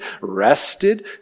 rested